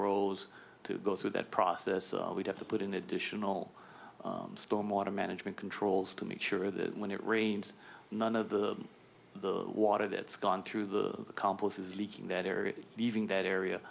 rose to go through that process we'd have to put in additional storm water management controls to make sure that when it rains none of the water that's gone through the campus is leaking that area leaving that area